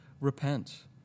Repent